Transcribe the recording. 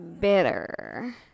bitter